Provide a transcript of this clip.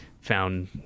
found